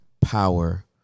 power